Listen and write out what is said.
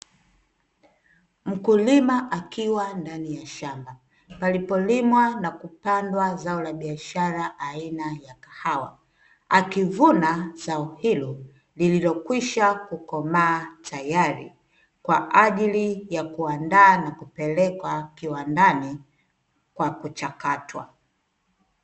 Mkulima akiwa ndani ya shamba palipolimwa na kupandwa zao la biashara aina ya kahawa, akivuna zao hilo lililokwisha kukomaa tayari kwa ajili ya kuandaa na kupelekwa kiwandani kwa kuchakatwa.